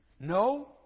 No